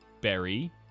Berry